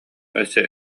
өссө